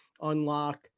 unlock